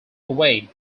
away